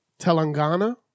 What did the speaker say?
Telangana